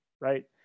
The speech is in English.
right